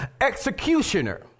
executioner